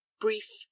brief